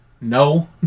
No